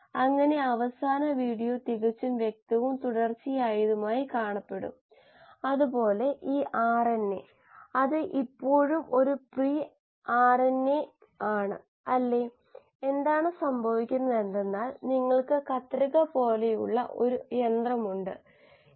താപനില pH medium composition വായുസഞ്ചാരവും agitation ഓക്സിജന്റെ അളവ് അലിഞ്ഞു ചേർന്നത് എന്നിവയുമായിരുന്നു